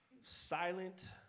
silent